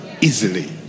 easily